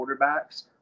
quarterbacks